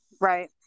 Right